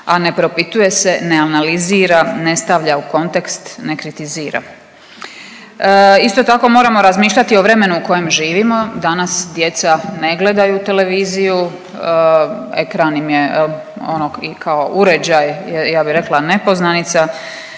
a ne propituje se, ne analizira, ne stavlja u kontekst, ne kritizira. Isto tako, moramo razmišljati o vremenu u kojem živimo. Danas djeca ne gledaju televiziju, ekran im je ono kao uređaj ja bih rekla nepoznanica.